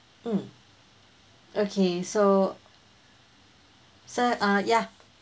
mm okay so so uh ya